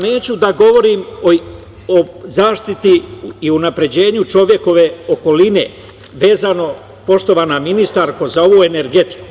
Neću da govorim o zaštiti i unapređenju čovekove okoline, vezano, poštovana ministarko, za ovu energetiku.